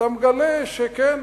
ואתה מגלה שכן,